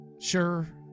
Sure